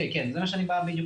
כן, זה בדיוק מה שאני בא להגיד.